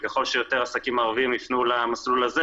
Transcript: וככל שיותר עסקים ערבים יפנו למסלול הזה,